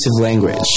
language